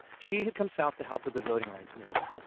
she had come south to help with the voting rights movement.